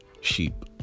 sheep